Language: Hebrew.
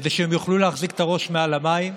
כדי שהם יוכלו להחזיק את הראש מעל המים,